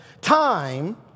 Time